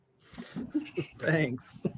thanks